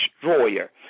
destroyer